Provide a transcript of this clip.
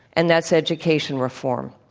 and that's education reform.